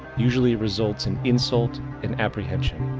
usually results in insult and apprehension.